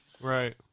Right